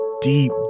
deep